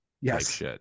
Yes